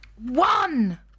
one